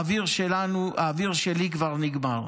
האוויר שלנו, האוויר שלי, כבר נגמר.